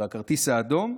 והכרטיס האדום?